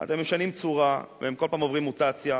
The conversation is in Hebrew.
הם משנים צורה, הם כל פעם עוברים מוטציה.